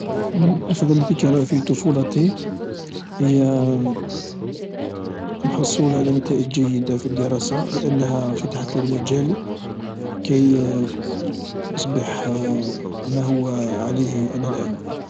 أفضل ذكرى في طفولتي هي الحصول على نتائج جيدة في الدراسةلأنها فتحت لي المجال كي ما هو عليه أنا الآن.